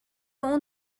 اون